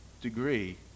degree